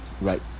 Right